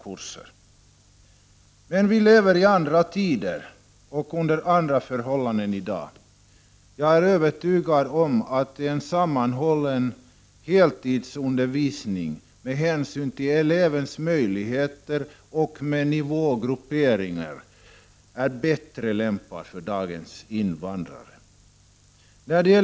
Nu lever vi dock i andra tider och under andra förhållanden. Jag är övertygad om att en sammanhållen heltidsundervisning, där man tar hänsyn till elevens möjligheter och har nivågrupperingar, är bättre lämpad för dagens invandrare.